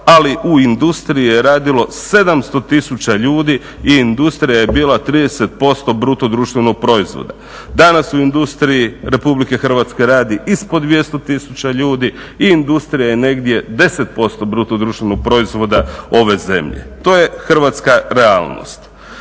ali u industriji je radilo 700 000 ljudi i industrija je bila 30% bruto društvenog proizvoda. Danas u industriji Republike Hrvatske radi ispod 200 000 ljudi i industrija je negdje 10% bruto društvenog proizvoda ove zemlje. To je hrvatska realnost.